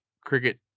cricket